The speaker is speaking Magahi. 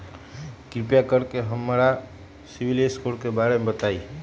कृपा कर के हमरा सिबिल स्कोर के बारे में बताई?